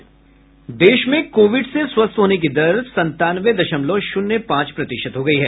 देश में कोविड से स्वस्थ होने की दर संतानवे दशमलव शुन्य पांच प्रतिशत हो गई है